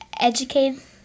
educate